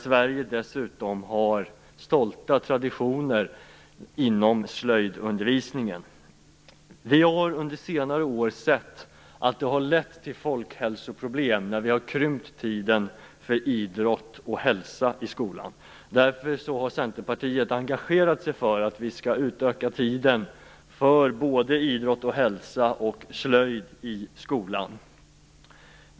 Sverige har dessutom stolta traditioner inom slöjdundervisningen. Vi har under senare år sett att det har lett till folkhälsoproblem när vi har krympt tiden för idrott och hälsa i skolan. Därför har Centerpartiet engagerat sig för att tiden för både idrott och hälsa och slöjd skall utökas i skolan.